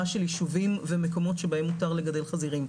של יישובים ומקומות שבהם מותר לגדל חזירים.